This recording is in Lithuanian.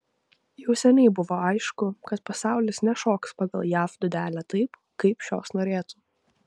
jau seniai buvo aišku kad pasaulis nešoks pagal jav dūdelę taip kaip šios norėtų